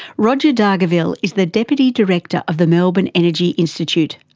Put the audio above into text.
roger dargaville is the deputy director of the melbourne energy institute.